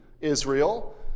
Israel